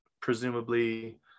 presumably